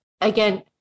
again